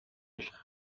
болох